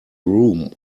room